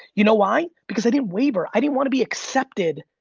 you know why? because i didn't waver. i didn't wanna be accepted